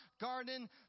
garden